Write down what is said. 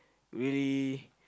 really